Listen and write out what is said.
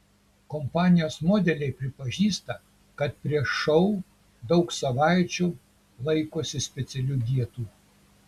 kompanijos modeliai pripažįsta kad prieš šou daug savaičių laikosi specialių dietų